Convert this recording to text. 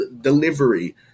delivery